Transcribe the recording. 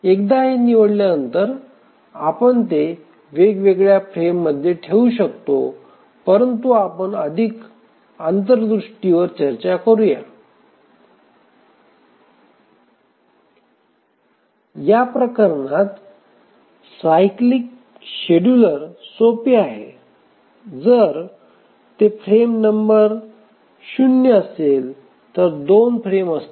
एकदा हे निवडल्यानंतर आपण ते वेगवेगळ्या फ्रेममध्ये ठेवू शकतो परंतु आपण अधिक अंतर्दृष्टीवर चर्चा करूया या प्रकरणात सायकलिंग शेड्यूलर सोपे आहे जर ते फ्रेम नंबर 0 असेल तर दोन फ्रेम असतील